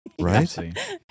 right